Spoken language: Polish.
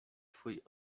twój